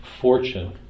fortune